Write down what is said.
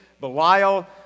Belial